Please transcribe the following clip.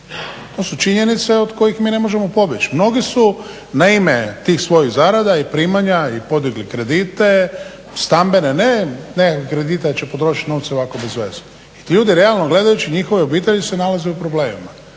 To su činjenice od kojih mi ne možemo pobjeći. Mnogi su na ime tih svojih zarada i primanja i podigli kredite, stambene ne, ne kredite da će potrošiti novce ovako bezveze. I ti ljudi realno gledajući, njihove obitelji se nalaze u problemima.